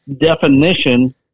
definition